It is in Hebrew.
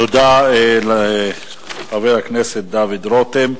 תודה לחבר הכנסת דוד רותם.